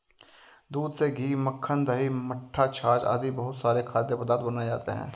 दूध से घी, मक्खन, दही, मट्ठा, छाछ आदि बहुत सारे खाद्य पदार्थ बनाए जाते हैं